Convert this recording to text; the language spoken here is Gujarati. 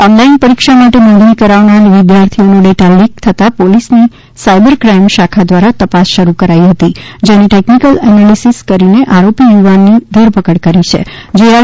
ઓનલાઈન પરીક્ષા માટે નોંધણી કરાવનાર વિદ્યાર્થીઓનો ડેટા લીક થતાં પોલિસ ની સાયબર ક્રાઈમ શાખા દ્વારા તપાસ શરૂ કરાઇ હતી જેને ટેકનીકલ એનાલીસીસ કરીને આરોપી યુવાન ની ધરપકડ કરી છે જે આર